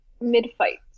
mid-fight